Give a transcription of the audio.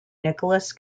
nicholas